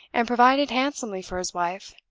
and provided handsomely for his wife,